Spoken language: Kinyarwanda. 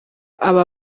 aba